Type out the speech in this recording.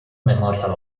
memorial